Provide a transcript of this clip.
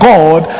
God